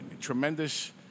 tremendous